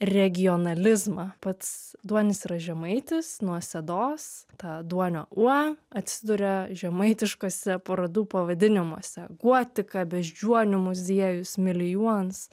regionalizmą pats duonis yra žemaitis nuo sedos ta duonio uo atsiduria žemaitiškuose parodų pavadinimuose gotika beždžionių muziejus milijons